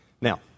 Now